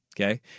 okay